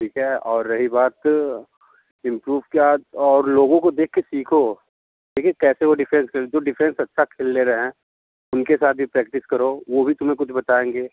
ठीक है और रही बात इम्प्रूव का और लोगों को देख के सीखो देखें कैसे वो डिफेंस करते जो डिफेंस अच्छा खेल ले रहें हैं उनके साथ भी प्रैक्टिस करो वो भी तुम्हें कुछ बताएंगे